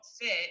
fit